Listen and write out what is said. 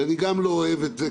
ואני גם לא אוהב את זה,